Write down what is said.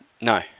No